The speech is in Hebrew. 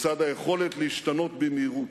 בצד היכולת להשתנות במהירות.